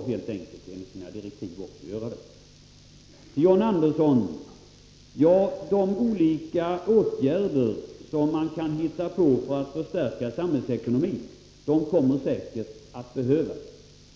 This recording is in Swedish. att den enligt sina direktiv också skall göra detta. John Andersson! Ja, de olika åtgärder som man kan hitta på för att förstärka samhällsekonomin kommer säkerligen att behövas.